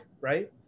right